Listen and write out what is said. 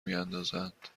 میاندازند